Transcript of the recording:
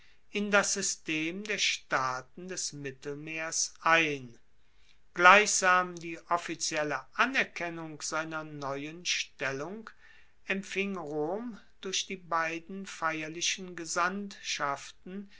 in das system der staaten des mittelmeers ein gleichsam die offizielle anerkennung seiner neuen stellung empfing rom durch die beiden feierlichen